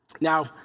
Now